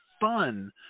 fun